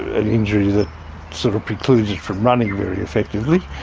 an injury that sort of precludes it from running very effectively